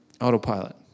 autopilot